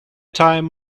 time